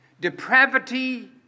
Depravity